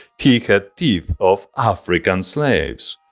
he had teeth of african slaves.